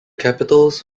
capitals